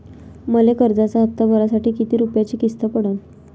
मले कर्जाचा हप्ता भरासाठी किती रूपयाची किस्त पडन?